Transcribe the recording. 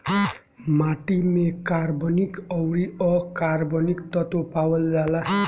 माटी में कार्बनिक अउरी अकार्बनिक तत्व पावल जाला